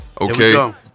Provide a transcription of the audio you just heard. Okay